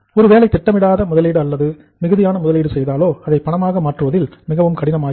ஒருவேளை திட்டமிடப்படாத முதலீடு அல்லது மிகுதியான முதலீடு செய்தாள் அதை பணமாக மாற்றுவதில் மிகவும் கடினமாகிவிடும்